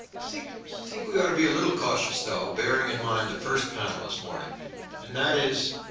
think think we ought to be a little cautious though. bearing in mind the first panel this morning and that is,